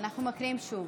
אנחנו מקריאים שוב,